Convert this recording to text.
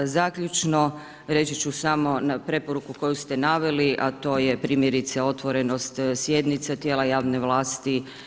Zaključno reći ću samo na preporuku koju ste naveli, a to je primjerice otvorenost sjednice tijela javne vlasti.